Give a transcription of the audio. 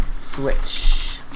Switch